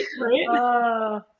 right